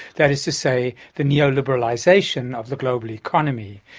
that is to say, the neo-liberalisation of the global economy.